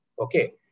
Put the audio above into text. Okay